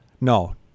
no